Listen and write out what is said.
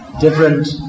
different